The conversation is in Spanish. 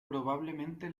probablemente